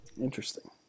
Interesting